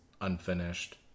unfinished